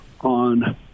on